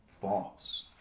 false